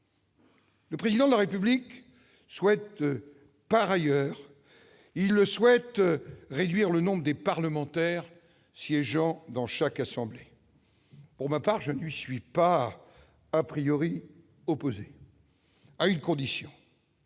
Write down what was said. Le Président de la République souhaite, par ailleurs, réduire le nombre de parlementaires siégeant dans chaque assemblée. Pour ma part, je n'y suis pas opposé, à une condition